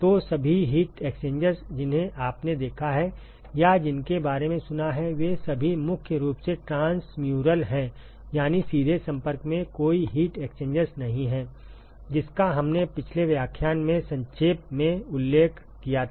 तो सभी heat exchangers जिन्हें आपने देखा है या जिनके बारे में सुना है वे सभी मुख्य रूप से ट्रांसम्यूरल हैं यानी सीधे संपर्क में कोई हीट एक्सचेंजर्स नहीं है जिसका हमने पिछले व्याख्यान में संक्षेप में उल्लेख किया था